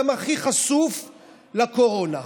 גם הכי חשוף לקורונה,